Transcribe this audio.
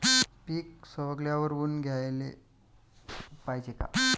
पीक सवंगल्यावर ऊन द्याले पायजे का?